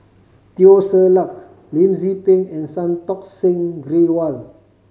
Teo Ser Luck Lim Tze Peng and Santokh Singh Grewal